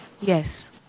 Yes